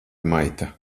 maita